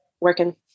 working